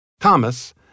Thomas